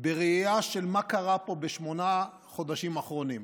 בראייה של מה שקרה פה בשמונת חודשים האחרונים.